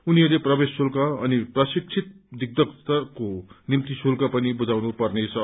उनीहरूले प्रवेश शुल्क अनि प्रशिक्षित गाइडको निम्ति शुल्क पनि बुझाउनु पेर्न हुन्छ